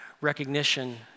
recognition